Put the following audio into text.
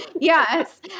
Yes